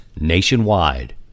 nationwide